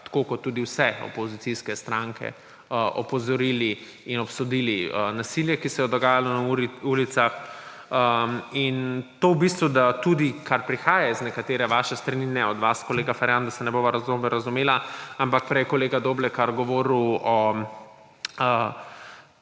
tako kot tudi vse opozicijske stranke, opozorili in obsodili nasilje, ki se je dogajalo na ulicah. In to v bistvu, da tudi, kar prihaja z nekatere vaše strani − ne od vas, kolega Ferjan, da se ne bova narobe razumela −, ampak prej je kolega Doblekar govoril o